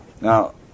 Now